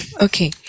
Okay